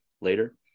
later